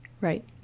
Right